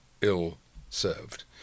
ill-served